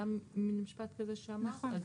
היה מן משפט כזה שאמרת.